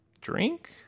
drink